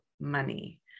money